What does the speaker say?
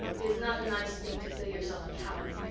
it is not a nice thing to feel yourself a coward.